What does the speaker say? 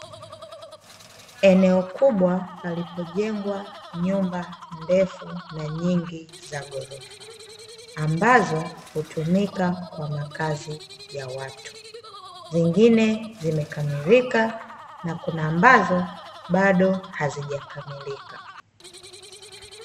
Eneo kubwa palipojengwa nyumba ndefu na nyingi za ghorofa, ambazo hutumika kwa makazi ya watu, zingine zimekamilika na kuna ambazo bado hazijakamilika.